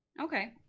okay